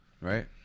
Right